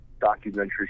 documentary